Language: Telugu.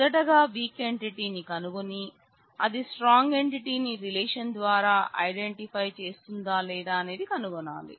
మొదట గా వీక్ ఎంటిటీ ని కనుగొని అది స్ట్రాంగ్ ఎంటిటీ ని రిలేషన్ ద్వారా ఐడెంటిఫై చేస్తుందా లేదా అనేది కనుగొనాలి